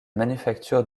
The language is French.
manufacture